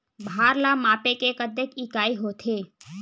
भार ला मापे के कतेक इकाई होथे?